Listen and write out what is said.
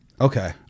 okay